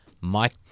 Mike